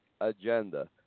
agenda